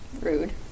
Rude